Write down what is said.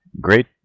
great